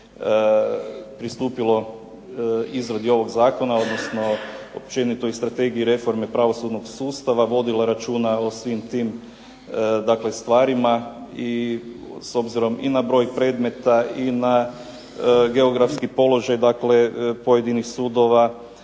pristupilo izradi ovog zakona odnosno općenito i Strategiji reforme pravosudnog sustava vodilo računa o svim tim stvarima i s obzirom i na broj predmeta i na geografski položaj pojedinih sudova